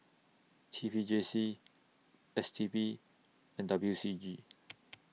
T P J C S T B and W C G